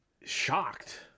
shocked